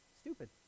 stupid